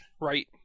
Right